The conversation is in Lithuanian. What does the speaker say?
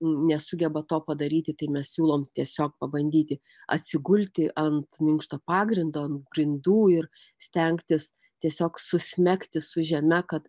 nesugeba to padaryti tai mes siūlom tiesiog pabandyti atsigulti ant minkšto pagrindo ant grindų ir stengtis tiesiog susmegti su žeme kad